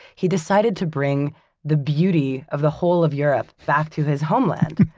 he decided to bring the beauty of the whole of europe back to his homeland.